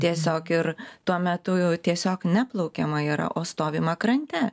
tiesiog ir tuo metu jau tiesiog neplaukiama yra o stovima krante